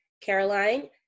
Caroline